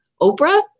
Oprah